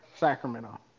Sacramento